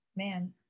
Man